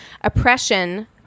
Oppression